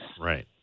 Right